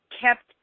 kept